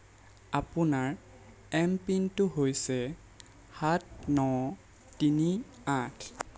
আপোনাৰ এম পিনটো হৈছে সাত ন তিনি আঠ